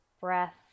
breath